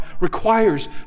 requires